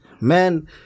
man